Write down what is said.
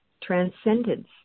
Transcendence